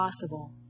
possible